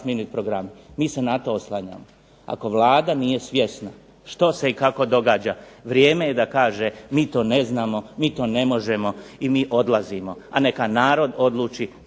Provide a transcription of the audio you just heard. minute programi. Mi se na to oslanjamo. Ako Vlada nije svjesna što se i kako događa, vrijeme je da kaže mi to ne znamo, mi to ne možemo i mi odlazimo, a neka narod odluči